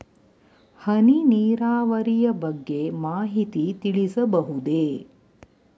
ಹನಿ ನೀರಾವರಿಯ ಬಗ್ಗೆ ಮಾಹಿತಿ ತಿಳಿಸಬಹುದೇ?